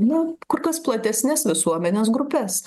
na kur kas platesnes visuomenės grupes